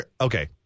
Okay